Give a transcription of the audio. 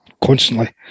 constantly